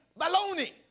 baloney